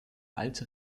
alte